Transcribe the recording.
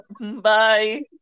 bye